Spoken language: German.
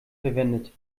verwendet